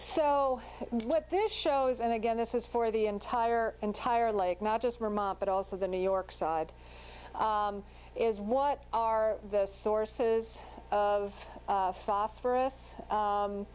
so what this shows and again this is for the entire entire lake not just but also the new york side is what are the sources of phosphorous